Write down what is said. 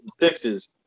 sixes